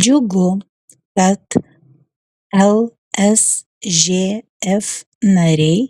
džiugu kad lsžf nariai